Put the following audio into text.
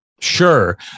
Sure